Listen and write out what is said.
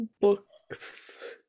books